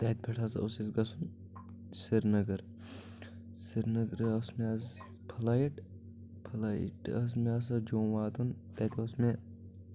تَتہِ پٮ۪ٹھ حظ اوس اَسہِ گژھُن سریٖنگر سِرنگرٕ أسۍ مےٚ اَز فٔلایِٹ فلایٹ مےٚ ہسا جوٚم واتُن تَتہِ اوس مےٚ